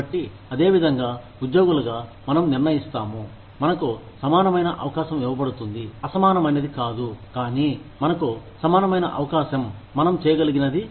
కాబట్టి అదే విధంగా ఉద్యోగులుగా మనం నిర్ణఇస్తాము మనకు సమానమైన అవకాశం ఇవ్వబడుతుంది అసమానమైనది కాదు కానీ మనకు సమానమైన అవకాశం మనం చేయగలిగినది